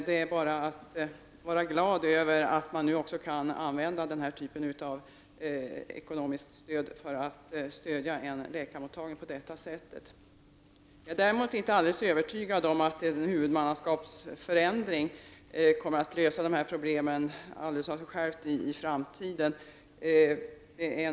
Det är bara att vara glad över att man nu kan använda den här typen av ekonomiskt stöd också för att hjälpa en läkarmottagning på detta sätt. Jag är däremot inte alldeles övertygad om att en huvudmannaskapsförändring kommer att lösa alla problem i framtiden.